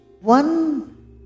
one